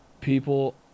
People